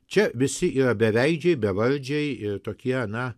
čia visi yra beveidžiai bevardžiai ir tokie na